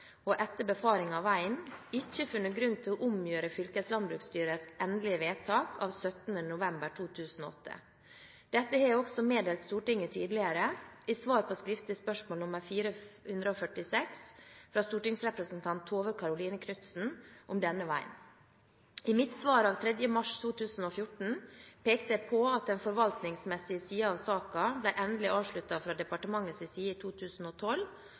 og etter befaring av veien ikke funnet grunn til å omgjøre fylkeslandbruksstyrets endelige vedtak av 17. november 2008. Dette har jeg også meddelt Stortinget tidligere i svar på skriftlig spørsmål nr. 446 fra stortingsrepresentant Tove Karoline Knutsen om denne veien. I mitt svar av 3. mars 2014 pekte jeg på at den forvaltningsrettslige siden av saken ble endelig avsluttet fra departementets side i 2012,